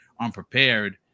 unprepared